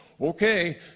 Okay